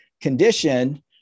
Condition